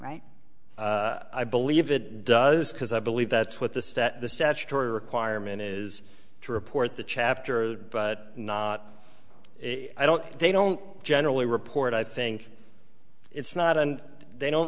right i believe it does because i believe that's what the stat the statutory requirement is to report the chapter but not if i don't they don't generally report i think it's not and they don't